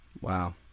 Wow